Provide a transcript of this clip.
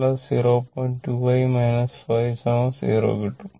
2i 5 0 എന്ന് കിട്ടും